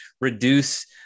reduce